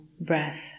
breath